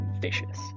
vicious